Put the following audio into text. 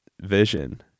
vision